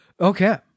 Okay